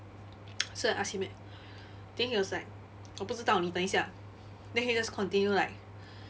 so I asked him then he was like 我不知道你等一下 then he just continue like